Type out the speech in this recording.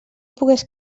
pogués